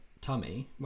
tummy